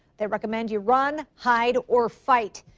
they recommend you run, hide or fight.